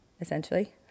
essentially